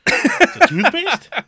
Toothpaste